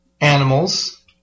animals